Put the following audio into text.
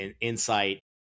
insight